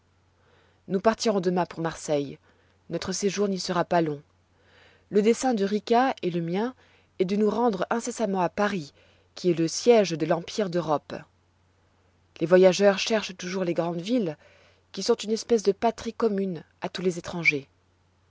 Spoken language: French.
nous partirons demain pour marseille notre séjour n'y sera pas long le dessein de rica et le mien est de nous rendre incessamment à paris qui est le siége de l'empire d'europe les voyageurs cherchent toujours les grandes villes qui sont une espèce de patrie commune à tous les étrangers